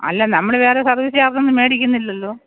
അല്ല നമ്മൾ വേറെ സർവീസ് വേടിക്കുന്നില്ലല്ലോ